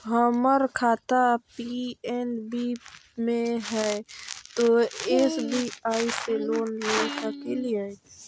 हमर खाता पी.एन.बी मे हय, तो एस.बी.आई से लोन ले सकलिए?